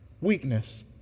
weakness